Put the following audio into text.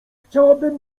chciałabym